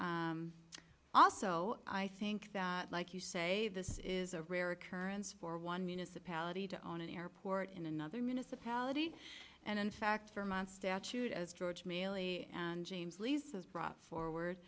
and also i think that like you say this is a rare occurrence for one municipality to own an airport in another municipality and in fact for months statute as george mealy and james lease was brought forward